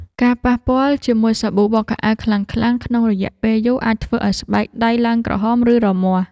ការប៉ះពាល់ជាមួយសាប៊ូបោកខោអាវខ្លាំងៗក្នុងរយៈពេលយូរអាចធ្វើឱ្យស្បែកដៃឡើងក្រហម ឬរមាស់។